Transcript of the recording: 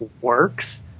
works